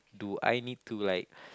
do I need to like